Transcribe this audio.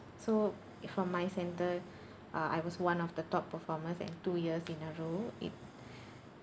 so from my centre uh I was one of the top performers and two years in a row it